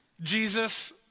Jesus